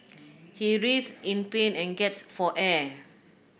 he writhed in pain and gasped for air